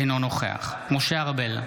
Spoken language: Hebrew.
אינו נוכח משה ארבל,